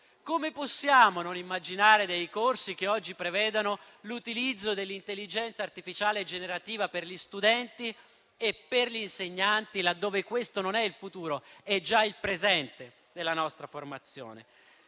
come possiamo non immaginare dei corsi che prevedano l'utilizzo dell'intelligenza artificiale generativa per gli studenti e per gli insegnanti, laddove questo non è il futuro, ma è già il presente della nostra formazione?